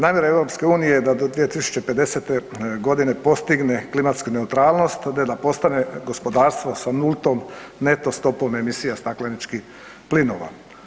Namjera EU je da do 2050. godine postigne klimatsku neutralnost te da postane gospodarstvo sa nultnom neto stopom emisija stakleničkih plinova.